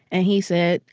and he said,